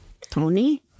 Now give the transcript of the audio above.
Tony